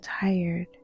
tired